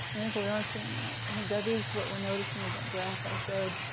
i think we are seeing that. i think that is what we're noticing with that graph i showed,